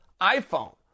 iPhone